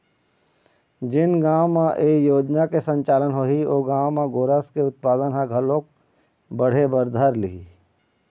जेन गाँव म ए योजना के संचालन होही ओ गाँव म गोरस के उत्पादन ह घलोक बढ़े बर धर लिही